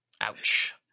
Ouch